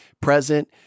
present